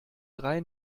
drei